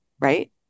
right